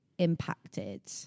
impacted